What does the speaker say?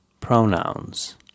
pronouns